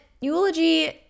eulogy